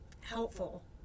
helpful